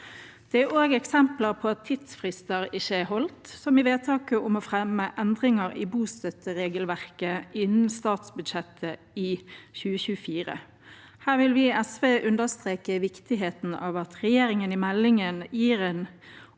Det er også eksempler på at tidsfrister ikke er holdt, som i vedtaket om å fremme endringer i bostøtteregelverket innen statsbudsjettet for 2024. Her vil vi i SV understreke viktigheten av at regjeringen i meldingen gir en